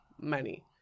money